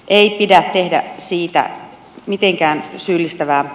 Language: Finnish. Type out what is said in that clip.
ei pidä tehdä siitä mitenkään syyllistävää